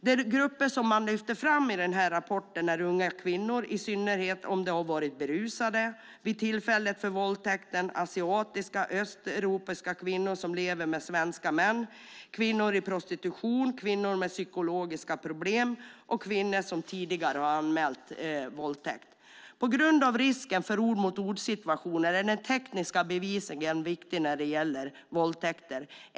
De grupper som lyfts fram i rapporten är unga kvinnor, i synnerhet om de varit berusade vid tillfället för våldtäkten, asiatiska och östeuropeiska kvinnor som lever med svenska män, kvinnor i prostitution, kvinnor med psykologiska problem och kvinnor som tidigare anmält våldtäkt. På grund av risken för ord-mot-ord-situationer är den tekniska bevisningen viktig när det gäller våldtäkter.